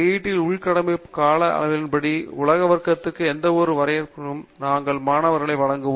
D யில் உள்கட்டமைப்பின் கால அளவின்படி உலக வர்க்கத்தின் எந்தவொரு வரையறையினாலும் நாங்கள் மாணவர்களுக்கு வழங்குவோம்